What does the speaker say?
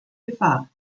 gefahr